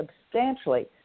substantially